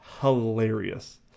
Hilarious